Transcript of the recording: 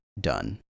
Done